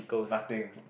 nothing